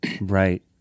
Right